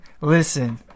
Listen